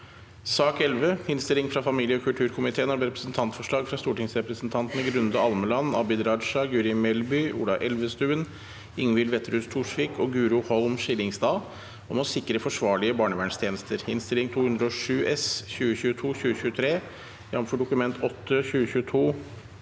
mars 2023 Innstilling fra familie- og kulturkomiteen om Representantforslag fra stortingsrepresentantene Grunde Almeland, Abid Raja, Guri Melby, Ola Elvestuen, Ingvild Wetrhus Thorsvik og Guro Holm Skillingstad om å sikre forsvarlige barnevernstjenester (Innst. 207 S (2022– 2023), jf. Dokument 8:22